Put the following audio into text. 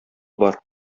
бар